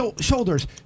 Shoulders